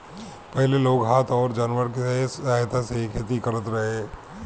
पहिले लोग हाथ अउरी जानवर के सहायता से खेती करत रहे